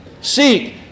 Seek